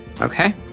Okay